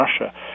Russia